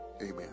Amen